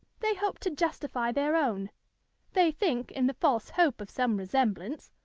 they hope to justify their own they think, in the false hope of some resemblance,